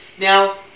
Now